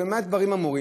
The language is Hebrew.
במה דברים אמורים?